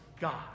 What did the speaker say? God